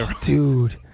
Dude